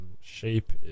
shape